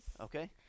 Okay